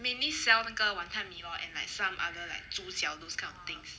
mainly sell 这个 wanton mee lor and like some other like 猪脚 those kind of things